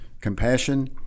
compassion